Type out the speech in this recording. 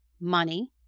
money